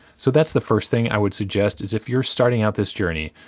so that's the first thing i would suggest, is if you're starting out this journey,